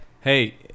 hey